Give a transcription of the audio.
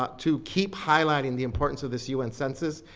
but to keep highlighting the importance of this un census,